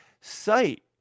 sight